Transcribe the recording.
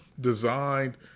designed